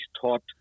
taught